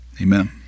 Amen